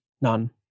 none